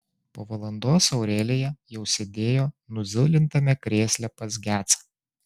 po valandos aurelija jau sėdėjo nuzulintame krėsle pas gecą